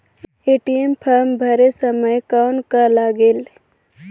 ATM form भरे समय कौन का लगेल?